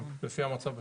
לפי המצב בשוק.